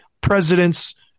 presidents